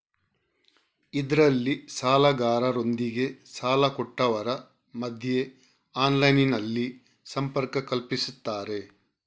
ಇದ್ರಲ್ಲಿ ಸಾಲಗಾರರೊಂದಿಗೆ ಸಾಲ ಕೊಟ್ಟವರ ಮಧ್ಯ ಆನ್ಲೈನಿನಲ್ಲಿ ಸಂಪರ್ಕ ಕಲ್ಪಿಸ್ತಾರೆ